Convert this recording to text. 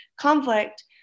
conflict